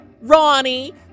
Ronnie